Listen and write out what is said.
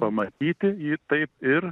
pamatyti jį taip ir